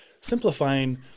simplifying